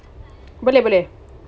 boleh boleh